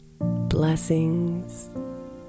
Blessings